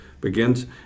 begins